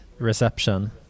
reception